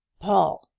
paul,